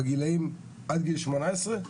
בגילאים עד גיל שמונה עשרה,